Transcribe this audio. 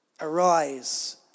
Arise